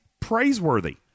praiseworthy